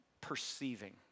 perceiving